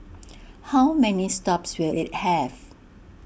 how many stops will IT have